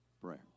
prayer